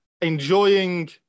enjoying